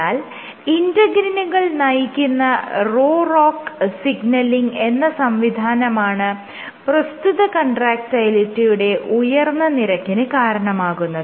എന്നാൽ ഇന്റെഗ്രിനുകൾ നയിക്കുന്ന Rho ROCK സിഗ്നലിങ് എന്ന സംവിധാനമാണ് പ്രസ്തുത കൺട്രാക്ടയിലിറ്റിയുടെ ഉയർന്ന നിരക്കിന് കാരണമാകുന്നത്